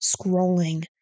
scrolling